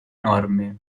norme